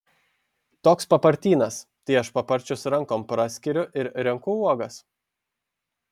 toks papartynas tai aš paparčius rankom praskiriu ir renku uogas